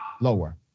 lower